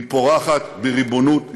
היא פורחת בריבונות ישראל.